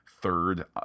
third